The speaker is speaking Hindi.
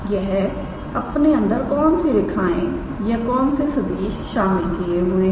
यह अपने अंदर कौन सी रेखाओं या कौन से सदिश शामिल किए हुए हैं